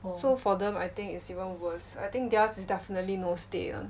so for them I think it's even worse I think theirs is definitely no stay [one]